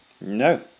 No